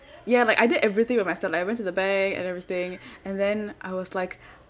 ya like I did everything by myself like I went to the bank and everything and then I was like